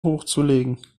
hochzulegen